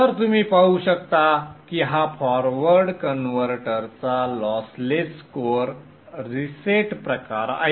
तर तुम्ही पाहू शकता की हा फॉरवर्ड कन्व्हर्टरचा लॉसलेस कोअर रीसेट प्रकार आहे